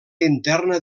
interna